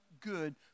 good